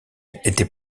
étaient